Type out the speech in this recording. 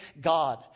God